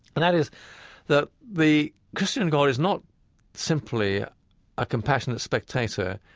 and that is that the christian god is not simply a compassionate spectator,